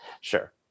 Sure